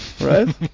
right